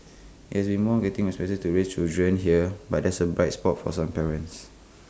IT has been more getting expensive to raise children here but there's A bright spot for some parents